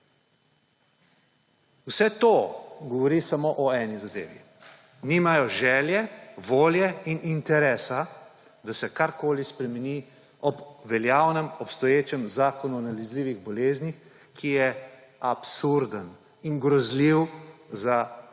Vse to govori samo o eni zadevi, nimajo želje, volje in interesa, da se karkoli spremeni ob veljavnem obstoječem zakonu o nalezljivih boleznih, ki je absurden in grozljiv za